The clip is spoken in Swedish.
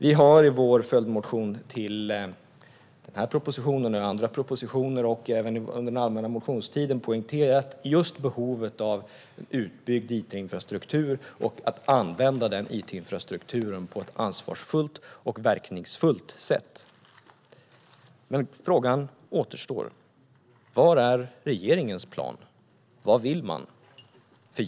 Vi har i vår följdmotion till denna proposition, i motioner till andra propositioner och även under allmänna motionstiden poängterat behovet av en utbyggd it-infrastruktur och att använda den it-infrastrukturen på ett ansvarsfullt och verkningsfullt sätt. Men frågan återstår. Var är regeringens plan? Vad vill man?